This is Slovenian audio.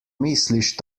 misliš